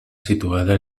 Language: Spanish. situada